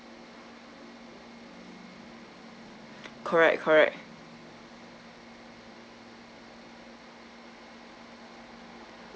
correct correct